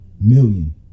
million